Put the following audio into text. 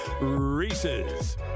Reese's